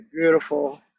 beautiful